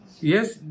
Yes